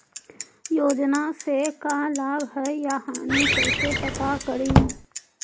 योजना से का लाभ है या हानि कैसे पता करी?